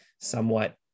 somewhat